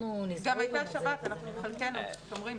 ‏גם הייתה שבת, חלקנו שומרים.